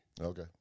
Okay